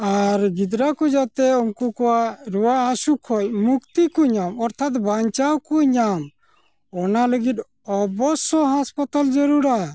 ᱟᱨ ᱜᱤᱫᱽᱨᱟᱹᱠᱚ ᱡᱟᱛᱮ ᱩᱱᱠᱩ ᱠᱚᱣᱟᱜ ᱨᱩᱣᱟᱹᱦᱟᱥᱩ ᱠᱷᱚᱱ ᱢᱩᱠᱛᱤᱠᱚ ᱧᱟᱢᱟ ᱚᱨᱛᱷᱟᱛ ᱵᱟᱧᱪᱟᱣᱠᱚ ᱧᱟᱢ ᱚᱱᱟ ᱞᱟᱹᱜᱤᱫ ᱚᱵᱚᱥᱥᱚ ᱦᱟᱥᱯᱟᱛᱟᱞ ᱡᱟᱹᱨᱩᱲᱟ